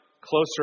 closer